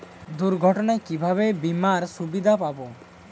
দুর্ঘটনায় কিভাবে বিমার সুবিধা পাব?